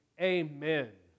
Amen